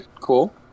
Cool